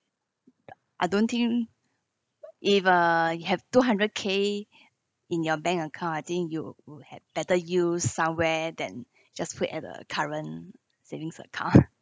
I don't think if uh you have two hundred K in your bank account I think you had better yield somewhere than just put at a current savings account